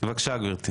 בבקשה גברתי.